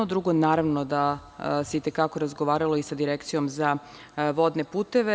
Drugo, naravno da se i te kako razgovaralo i sa Direkcijom za vodne puteve.